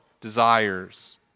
desires